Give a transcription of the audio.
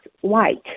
white